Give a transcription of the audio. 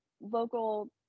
local